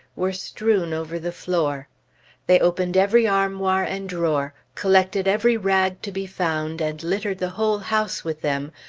were strewn over the floor they opened every armoir and drawer, collected every rag to be found and littered the whole house with them,